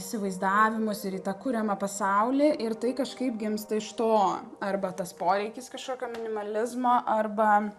įsivaizdavimus ir į tą kuriamą pasaulį ir tai kažkaip gimsta iš to arba tas poreikis kažkokio minimalizmo arba